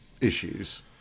Issues